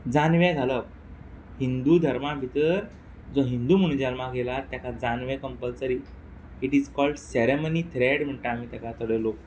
जानवें घालप हिंदू धर्मा भितर जो हिंदू म्हुणू जल्माक येयला तेका जानवें compulsory it is called ceremony thread म्हणटा आमी तेका थोडो लोक